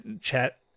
Chat